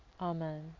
Amen